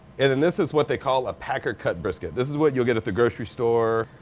and then this is what they call a packer cut brisket. this is what you'll get at the grocery store.